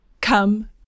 come